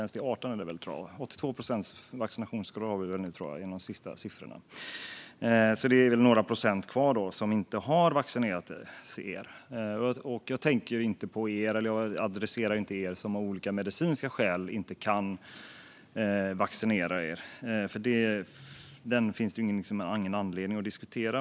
Den senaste siffran är 82 procents vaccinationsgrad, så det är väl några procent som inte har vaccinerat sig. Jag adresserar inte er som av olika medicinska skäl inte kan vaccinera er, för det finns det ingen anledning att diskutera.